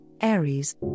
Aries